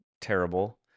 terrible